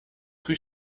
rue